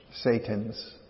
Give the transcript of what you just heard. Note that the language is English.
Satan's